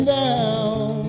down